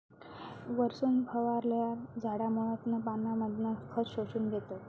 वरसून फवारल्यार झाडा मुळांतना पानांमधना खत शोषून घेतत